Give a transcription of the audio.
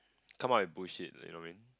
come out and push it you know what I mean